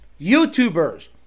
YouTubers